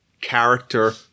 character